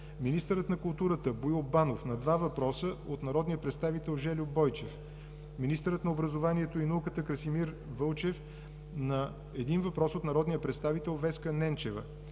министърът на културата Боил Банов – на два въпроса от народния представител Жельо Бойчев; - министърът на образованието и науката Красимир Вълчев – на един въпрос от народния представител Веска Ненчева;